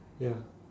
ya